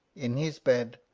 in his bed,